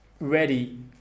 ready